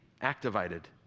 activated